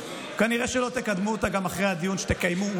כנראה שלא תקדמו אותה גם אחרי הדיון שתקיימו,